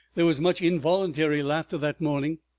there was much involuntary laughter that morning.